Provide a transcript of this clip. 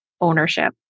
ownership